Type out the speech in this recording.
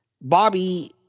Bobby